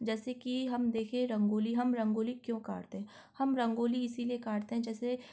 जैसे की हम देखिए रंगोली हम रंगोली क्यों करते हैं हम रंगोली इसीलिए करते हैं जैसे